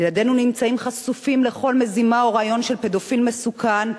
ילדינו נמצאים חשופים לכל מזימה או רעיון של פדופיל מסוכן,